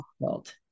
difficult